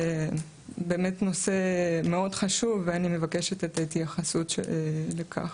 באמת נושא מאוד חשוב ואני מבקשת את ההתייחסות לכך.